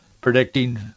predicting